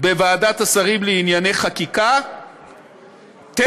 בוועדת השרים לענייני חקיקה בטרם